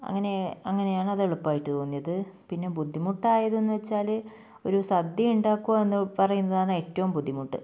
അങ്ങനെ അങ്ങനെയാണ് അത് എളുപ്പമായിട്ട് തോന്നിയത് പിന്നെ ബുദ്ധിമുട്ട് ആയതെന്ന് വെച്ചാൽ ഒരു സദ്യ ഉണ്ടാക്കുക എന്ന് പറയുന്നതാണ് ഏറ്റവും ബുദ്ധിമുട്ട്